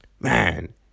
Man